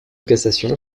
cassation